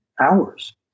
hours